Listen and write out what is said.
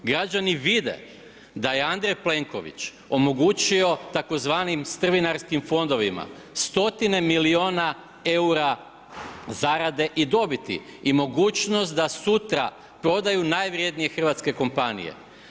Građani vide da je Andrej Plenković omogućio tzv. strvinarskim fondovima stotine milijuna eura zarade i dobiti i mogućnost da sutra prodaju najvrednije hrvatske kompanije.